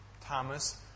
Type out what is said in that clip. Thomas